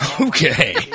Okay